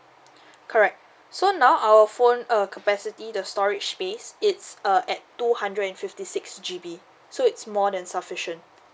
correct so now our phone err capacity the storage space it's uh at two hundred and fifty six G_B so it's more than sufficient